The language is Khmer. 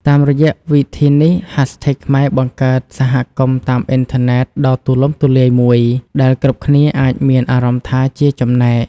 តាមរយៈវិធីនេះ hashtags ខ្មែរបង្កើតសហគមន៍តាមអ៊ីនធឺណិតដ៏ទូលំទូលាយមួយ ដែលគ្រប់គ្នាអាចមានអារម្មណ៍ថាជាចំណែក។